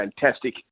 fantastic